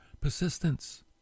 persistence